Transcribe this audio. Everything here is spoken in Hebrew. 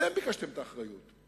אתם ביקשתם את האחריות.